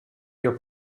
your